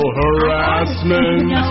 harassment